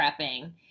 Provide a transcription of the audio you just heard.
prepping